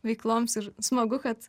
veikloms ir smagu kad